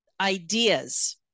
ideas